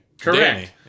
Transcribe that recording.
Correct